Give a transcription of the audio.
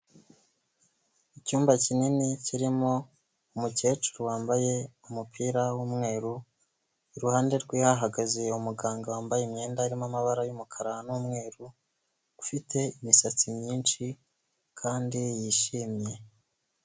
Icyumba kinini kirimo umukecuru wambaye umupira w'umweru, iruhande rwe hahagaze umuganga wambaye imyenda irimo amabara y'umukara n'umweru ufite imisatsi myinshi kandi yishimye.